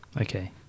Okay